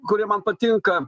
kuri man patinka